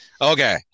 Okay